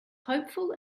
hopeful